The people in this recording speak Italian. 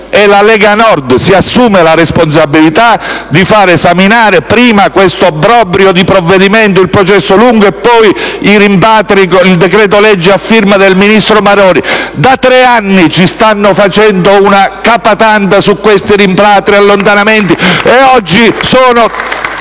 e la Lega Nord si assuma la responsabilità di far esaminare prima quest'obbrobrio di provvedimento del processo lungo e poi il decreto-legge a firma del ministro Maroni sui rimpatri: da tre anni ci stanno facendo «'na capa tanta» su questi rimpatri e allontanamenti, e oggi sono